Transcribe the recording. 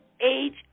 age